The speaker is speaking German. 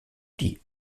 die